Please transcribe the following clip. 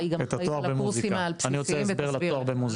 אני רוצה הסבר לתואר במוזיקה.